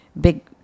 big